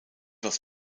was